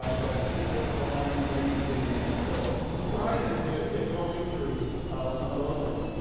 ah but just don't don't have any rain to get it in so. surprising to get no injury with some of those things.